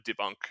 debunk